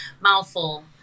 mouthful